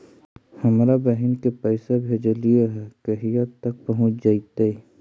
हमरा बहिन के पैसा भेजेलियै है कहिया तक पहुँच जैतै?